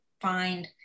find